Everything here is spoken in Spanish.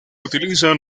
utiliza